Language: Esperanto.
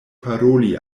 paroli